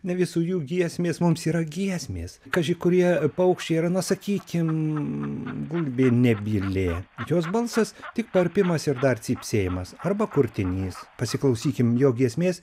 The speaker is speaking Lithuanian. ne visų jų giesmės mums yra giesmės kaži kurie paukščiai yra na sakykim gulbė nebylė jos balsas tik parpimas ir dar cypsėjimas arba kurtinys pasiklausykim jo giesmės